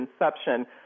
inception